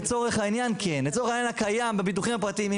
כן, לצורך העניין הקיים היום בביטוחים הפרטיים.